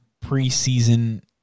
preseason